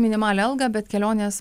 minimalią algą bet kelionės